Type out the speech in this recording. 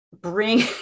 bring